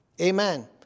Amen